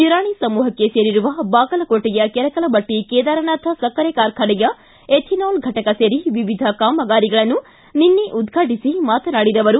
ನಿರಾಣಿ ಸಮೂಪಕ್ಕೆ ಸೇರಿರುವ ಬಾಗಲಕೋಟೆಯ ಕೆರಕಲಮಟ್ಟ ಕೇದಾರನಾಥ ಸಕ್ಕರೆ ಕಾರ್ಖಾನೆಯ ಎಥಿನಾಲ್ ಫಟಕ ಸೇರಿ ವಿವಿಧ ಕಾಮಗಾರಿಗಳನ್ನು ನಿನ್ನೆ ಉದ್ಘಾಟಿಸಿ ಮಾತನಾಡಿದ ಅವರು